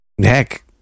heck